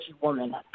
woman